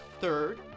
third